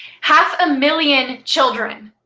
half a million children.